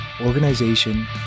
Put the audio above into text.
organization